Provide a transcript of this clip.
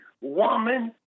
woman